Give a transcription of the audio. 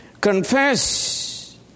confess